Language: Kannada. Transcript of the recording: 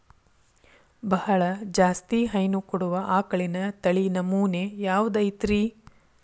ಬಹಳ ಜಾಸ್ತಿ ಹೈನು ಕೊಡುವ ಆಕಳಿನ ತಳಿ ನಮೂನೆ ಯಾವ್ದ ಐತ್ರಿ?